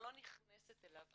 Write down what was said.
אני לא נכנסת אליו,